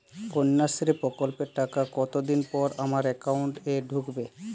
কন্যাশ্রী প্রকল্পের টাকা কতদিন পর আমার অ্যাকাউন্ট এ ঢুকবে?